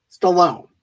Stallone